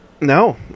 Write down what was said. no